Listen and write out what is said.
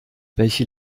welche